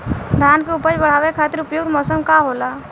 धान के उपज बढ़ावे खातिर उपयुक्त मौसम का होला?